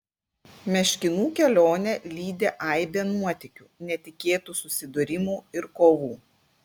meškinų kelionę lydi aibė nuotykių netikėtų susidūrimų ir kovų